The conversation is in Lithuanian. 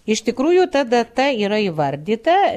iš tikrųjų ta data yra įvardyta